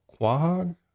Quahog